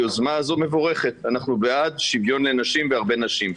היוזמה הזו מבורכת ואנחנו בעד שוויון לנשים והרבה נשים.